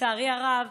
לצערי הרב,